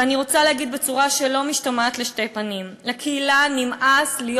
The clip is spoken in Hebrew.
ואני רוצה להגיד בצורה שאינה משתמעת לשתי פנים: לקהילה נמאס להיות